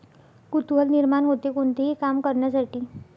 कुतूहल निर्माण होते, कोणतेही काम करण्यासाठी